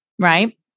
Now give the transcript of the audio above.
Right